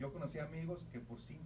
you're going to see i mean most people see